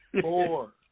Four